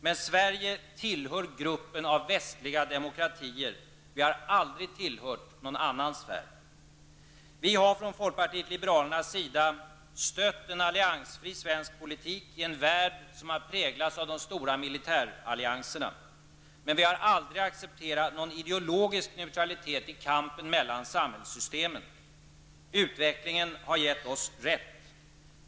Men Sverige tillhör gruppen av västliga demokratier. Vi har aldrig tillhört någon annan sfär. Folkpartiet liberalerna har stött en alliansfri svensk politik i en värld som har präglats av de stora militärallianserna. Men vi har aldrig accepterat någon ideologisk neutralitet i kampen mellan samhällssystemen. Utvecklingen har gett oss rätt.